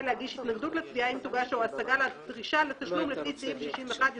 להגיש התנגדות לתביעה אם תוגש או השגה על דרישה לתשלום לפי סעיף 61יא1."